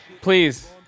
Please